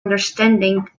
understanding